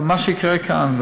אבל מה שיקרה כאן,